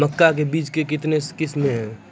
मक्का के बीज का कितने किसमें हैं?